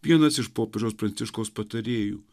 vienas iš popiežiaus pranciškaus patarėjų